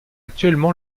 actuellement